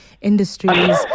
industries